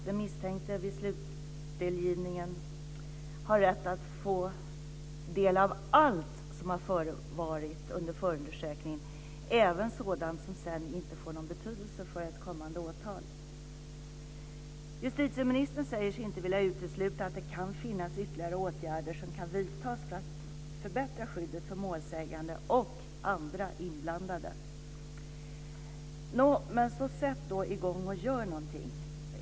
Den misstänkte har vid slutdelgivningen rätt att få del av allt som har förevarit under förundersökningen, även sådant som inte får någon betydelse för ett kommande åtal. Justitieministern säger sig inte vilja utesluta att det kan finnas ytterligare åtgärder som kan vidtas för att förbättra skyddet för målsägande och andra inblandade. Men sätt i gång och gör någonting!